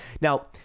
now